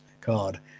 card